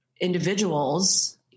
individuals